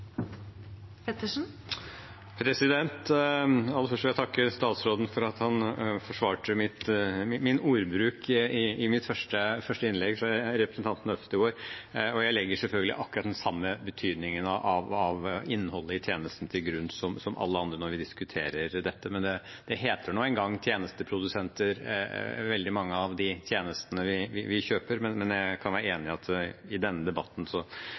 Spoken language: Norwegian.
Aller først vil jeg takke statsråden for at han forsvarte ordbruken i mitt første innlegg overfor representanten Øvstegård. Jeg legger selvfølgelig akkurat den samme betydningen av innholdet i tjenesten til grunn som alle andre når vi diskuterer dette. De heter nå engang tjenesteprodusenter, veldig mange av de tjenestene vi kjøper, men jeg kan være enig i at jeg i denne debatten